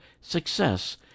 success